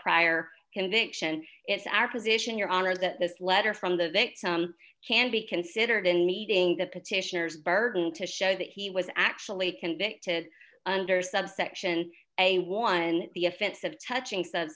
prior conviction it's our position your honor that this letter from the vets can be considered in meeting the petitioners burden to show that he was actually convicted under subsection a war and the offense of touching s